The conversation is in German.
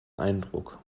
eindruck